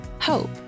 hope